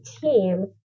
team